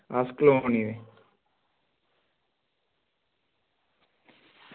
अस कॉलोनी